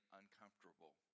uncomfortable